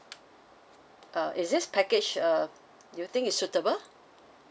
err is this package err do you think is suitable